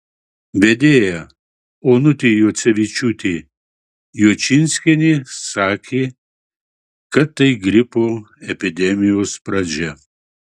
vedėja onutė juocevičiūtė juočinskienė sakė kad tai gripo epidemijos pradžia